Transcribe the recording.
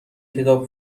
کتاب